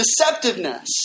deceptiveness